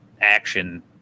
action